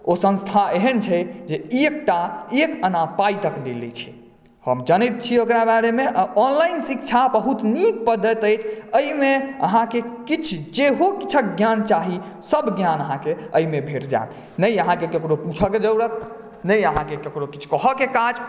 ओ संस्था एहन छै जे एकटा एक अना पाई तक नहि लै छै हम जनैत छी ओकरा बारे मे आ ऑनलाइन शिक्षा बहुत नीक पद्धति अछि जे एहिमे अहाँ के किछु जेहो किछुक ज्ञान चाही सब ज्ञान अहाँके एहिमे भेट जायत नहि अहाँ के ककरो पूछऽ के जरूरत नहि अहाँ के ककरो किछु कहऽ के काज